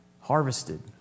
harvested